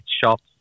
shops